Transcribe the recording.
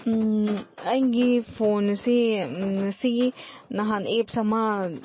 ꯑꯩꯒꯤ ꯐꯣꯟꯁꯤ ꯁꯤꯒꯤ ꯅꯍꯥꯟ ꯑꯦꯞꯁ ꯑꯃ